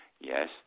Yes